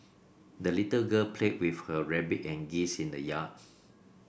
the little girl played with her rabbit and geese in the yard